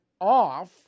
off